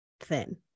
Thin